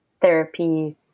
therapy